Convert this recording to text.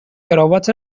کراوات